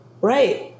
right